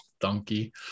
donkey